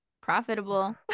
Profitable